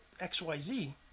XYZ